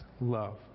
love